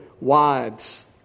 wives